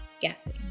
guessing